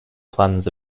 plans